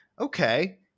Okay